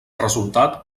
resultat